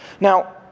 Now